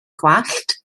gwallt